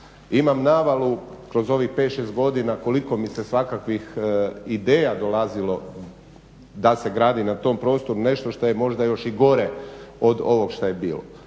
imam navalu kroz ovih 5, 6 godina koliko mi je svakakvih ideja dolazilo da se gradi na tom prostoru nešto što je možda još i gore od ovog što je bilo.